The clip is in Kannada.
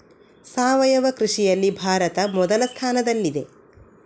ಸಾವಯವ ಕೃಷಿಯಲ್ಲಿ ಭಾರತ ಮೊದಲ ಸ್ಥಾನದಲ್ಲಿದೆ